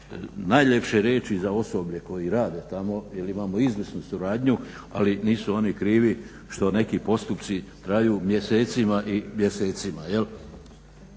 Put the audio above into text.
najljepše riječi za osoblje koje radi tamo jer imamo izvrsnu suradnju, ali nisu oni krivi što neki postupci traju mjesecima i mjesecima.